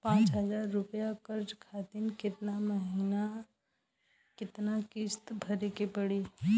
पचास हज़ार रुपया कर्जा खातिर केतना महीना केतना किश्ती भरे के पड़ी?